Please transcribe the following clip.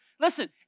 Listen